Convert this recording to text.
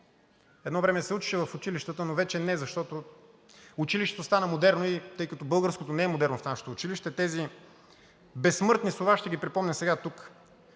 едно време се учеше в училищата, но вече не, защото училището стана модерно и тъй като българското не е модерно в нашето училище, тези безсмъртни слова ще ги припомня сега тук: